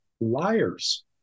liars